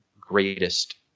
greatest